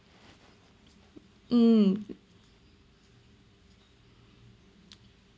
mm